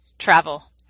Travel